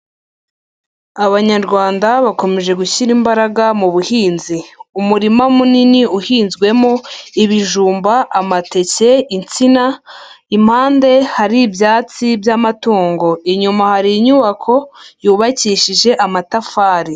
Abanyarwanda bakomeje gushyira imbaraga mu buhinzi. Umurima munini uhinzwemo, ibijumba, amateke, insina. Impande hari ibyatsi by'amatungo. Inyuma hari inyubako yubakishije amatafari.